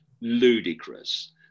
ludicrous